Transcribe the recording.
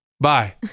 bye